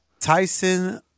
Tyson